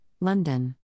London